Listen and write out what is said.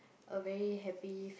a very happy